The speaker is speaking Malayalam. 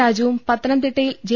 രാജുവും പത്തനംതിട്ടയിൽ ജെ